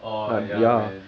orh ya man